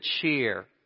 cheer